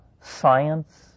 science